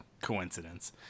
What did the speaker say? coincidence